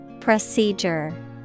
Procedure